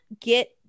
get